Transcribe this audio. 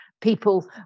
people